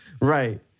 right